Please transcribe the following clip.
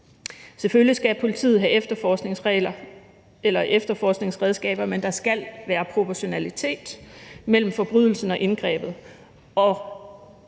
Selvfølgelig skal politiet have efterforskningsredskaber, men der skal være proportionalitet mellem forbrydelsen og indgrebet,